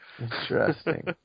Interesting